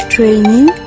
Training